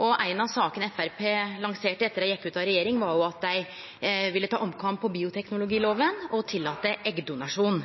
Ei av sakene Framstegspartiet lanserte etter at dei gjekk ut av regjering, var at dei ville ta omkamp på bioteknologilova og tillate eggdonasjon.